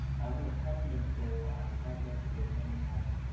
i only have ten minutes so i'm not going to waste any time.